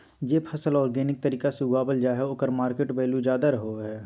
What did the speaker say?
जे फसल ऑर्गेनिक तरीका से उगावल जा हइ ओकर मार्केट वैल्यूआ ज्यादा रहो हइ